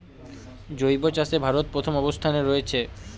জৈব চাষে ভারত প্রথম অবস্থানে রয়েছে